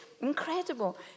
incredible